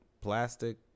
plastic